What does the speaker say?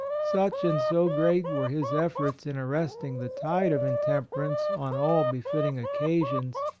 such and so great were his efforts in arresting the tide of intemper ance on all befitting occasions,